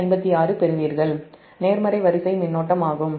56 பெறும் நேர்மறை வரிசை மின்னோட்டமாகும்